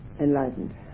Enlightened